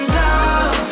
love